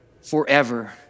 forever